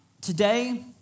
Today